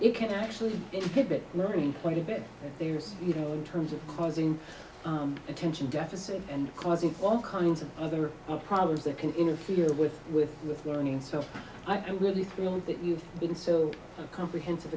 you can actually keep it learning quite a bit there's you know in terms of causing attention deficit and causing all kinds of other problems that can interfere with with with learning so i'm really thrilled that you've been so comprehensive